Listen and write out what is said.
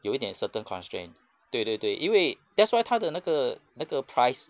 有一点 certain constrain 对对对因为 that's why 它的那个那个 price